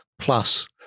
Plus